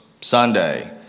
Sunday